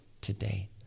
today